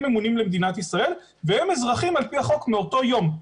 אמונים למדינת ישראל והם אזרחים על פי החוק מאותו יום.